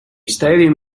stadium